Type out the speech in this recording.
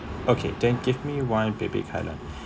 okay then give me one baby kailan